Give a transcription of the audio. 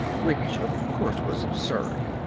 which, of course, was absurd.